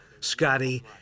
Scotty